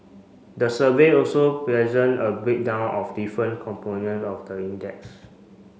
the survey also present a breakdown of different component of the index